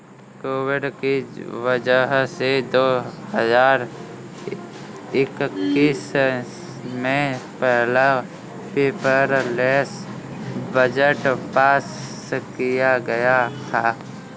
Covid की वजह से दो हजार इक्कीस में पहला पेपरलैस बजट पास किया गया था